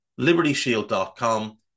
libertyshield.com